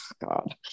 god